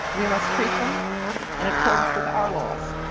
we must treat them in accordance with our laws.